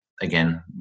again